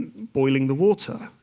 boiling the water.